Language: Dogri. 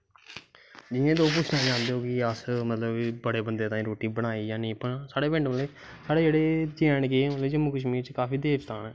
जि'यां तुस पुच्छा दे कि असें बड़े बंदे गित्तै रोटी बनाई जां नेईं बनाई साढ़ै जेह्ड़ी जे ऐंड़ के ऐ साढ़े इत्थें काफी देवस्थान ऐं